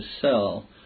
sell